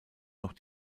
noch